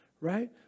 right